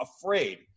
afraid